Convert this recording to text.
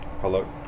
hello